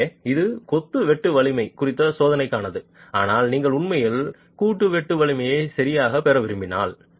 எனவே அது கொத்து வெட்டு வலிமை குறித்த சோதனைக்கானது ஆனால் நீங்கள் உண்மையில் கூட்டு வெட்டு வலிமையை சரியாகப் பெற விரும்பினால்